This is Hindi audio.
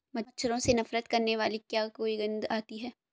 मच्छरों से नफरत करने वाली क्या कोई गंध आती है?